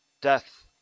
death